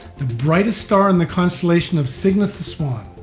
the brightest star in the constellation of cygnus the swan.